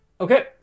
Okay